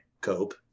Cope